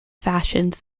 fashions